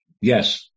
Yes